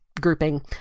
grouping